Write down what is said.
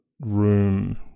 room